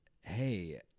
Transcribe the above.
Hey